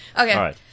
Okay